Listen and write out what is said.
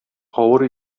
авыр